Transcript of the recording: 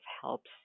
helps